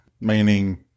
meaning